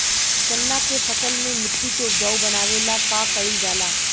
चन्ना के फसल में मिट्टी के उपजाऊ बनावे ला का कइल जाला?